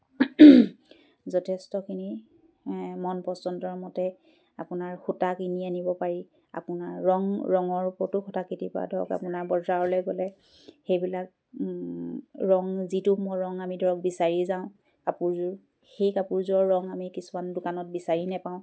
যথেষ্টখিনি মন পচন্দৰ মতে আপোনাৰ সূতা কিনি আনিব পাৰি আপোনাৰ ৰং ৰঙৰ ওপৰতো সূতা কেতিয়াবা ধৰক আপোনাৰ বজাৰলৈ গ'লে সেইবিলাক ৰং যিটো মোৰ ৰং আমি ধৰক বিচাৰি যাওঁ কাপোৰযোৰ সেই কাপোৰযোৰৰ ৰং আমি কিছুমান দোকানত বিচাৰি নাপাওঁ